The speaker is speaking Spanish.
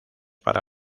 para